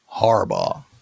Harbaugh